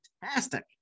fantastic